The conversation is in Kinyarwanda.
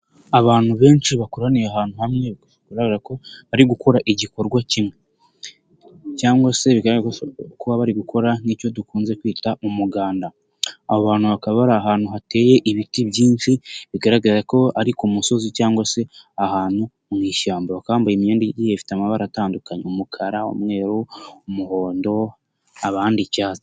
Abantu benshi bakoraniye ahantu hamwe, bigaragara ko bari gukora igikorwa kimwe cyangwa se bigaragara ko bashobora kuba bari gukora nk'icyo dukunze kwita umuganda, abo abantu bakaba bari ahantu hateye ibiti byinshi, bigaragara ko ari ku musozi cyangwa se ahantu mu ishyamba, bakaba bambaye imyenda igiye ifite amabara atandukanye, umukara, umweru, umuhondo, abandi icyatsi.